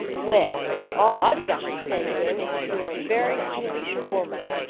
well, all i've got to say, then, is, you're a very foolish woman!